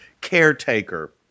caretaker